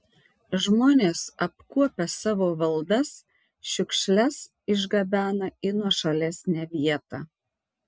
žmonės apkuopę savo valdas šiukšles išgabena į nuošalesnę vietą